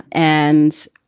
and,